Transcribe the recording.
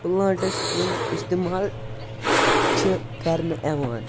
plants یِم اِستعمال چھِ کَرنہٕ یِوان